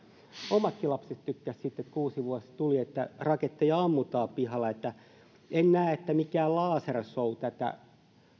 omatkin lapset tykkäsivät että kun uusivuosi tuli niin raketteja ammutaan pihalla en näe että mikään lasershow tätä